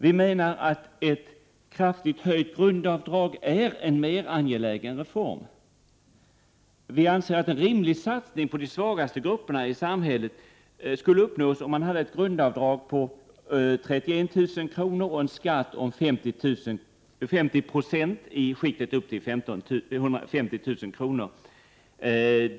Vi anser att ett kraftigt förhöjt grundavdrag är en mer angelägen reform. En rimlig satsning på de svagaste grupperna i samhället skulle vara ett grundavdrag på 31 000 kr. samt en skatt på 50 96 i skiktet upp till 150 000 kr.